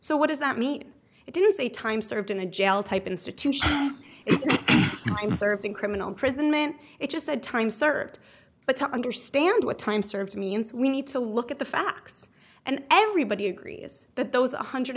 so what does that mean it didn't say time served in a jail type institution time served in criminal prison meant it just said time served but to understand what time served means we need to look at the facts and everybody agrees that those one hundred